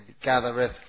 gathereth